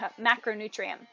macronutrient